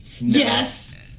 Yes